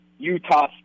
Utah